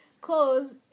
cause